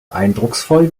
eindrucksvoll